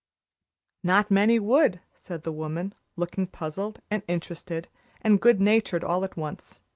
not many would, said the woman, looking puzzled and interested and good-natured all at once.